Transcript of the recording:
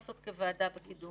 רק צריך לרצות לעשות את זה,